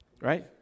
Right